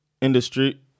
industry